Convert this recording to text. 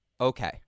Okay